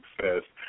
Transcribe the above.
success